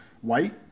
white